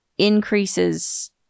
increases